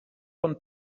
von